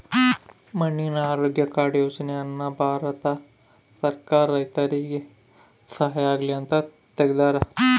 ಮಣ್ಣಿನ ಆರೋಗ್ಯ ಕಾರ್ಡ್ ಯೋಜನೆ ಅನ್ನ ಭಾರತ ಸರ್ಕಾರ ರೈತರಿಗೆ ಸಹಾಯ ಆಗ್ಲಿ ಅಂತ ತೆಗ್ದಾರ